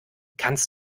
kannst